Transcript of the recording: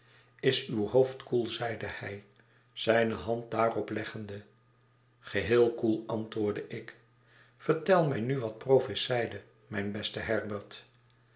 is uw hoofd koel zeide hij zijne hand daaropleggende geheel koel antwoordde ik yertel mij nu wat provis zeide mijn beste